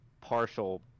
partial